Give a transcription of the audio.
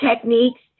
techniques